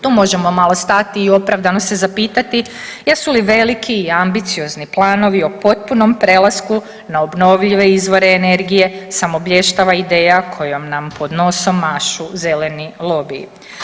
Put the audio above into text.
Tu možemo malo stati i opravdano se zapitati jesu li veliki i ambiciozni planovi o potpunom prelasku na obnovljive izvore energije samo blještava ideja kojom nam pod nosom mašu zeleni lobiji?